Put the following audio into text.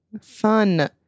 fun